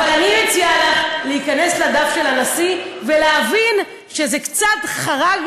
אבל אני מציעה לך להיכנס לדף של הנשיא ולהבין שזה קצת חרג,